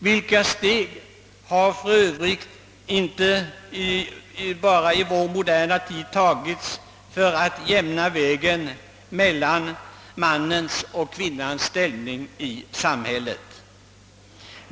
Vilka steg har för övrigt inte bara i vår tid tagits för att utjämna skillnaderna mellan mannens och kvinnans ställning i samhället?